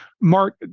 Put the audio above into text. Mark